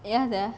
ya sia